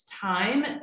time